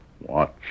Watch